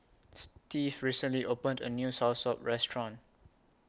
Stevie recently opened A New Soursop Restaurant